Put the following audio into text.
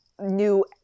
new